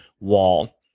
wall